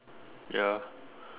ya